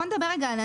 השוק של